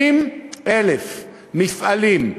60,000 מפעלים,